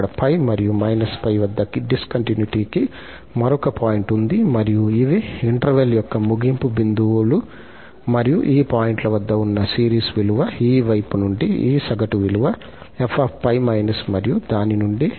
ఇక్కడ 𝜋 మరియు −𝜋 వద్ద డిస్కంటిన్యుటీ కి మరొక పాయింట్ ఉంది మరియు ఇవి ఇంటర్వెల్ యొక్క ముగింపు బిందువులు మరియు ఈ పాయింట్ల వద్ద ఉన్న సిరీస్ విలువ ఈ వైపు నుండి ఈ సగటు విలువ 𝑓 𝜋− మరియు దాని నుండి 𝑓 −𝜋 కు కన్వర్జ్ అవుతుంది